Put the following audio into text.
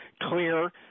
clear